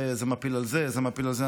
זה מפיל על זה וזה מפיל על זה,